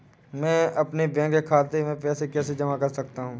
मैं अपने बैंक खाते में पैसे कैसे जमा कर सकता हूँ?